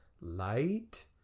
light